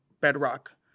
bedrock